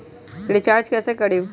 Recharge कैसे करीब?